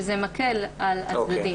שזה מקל על הצדדים.